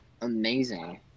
amazing